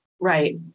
Right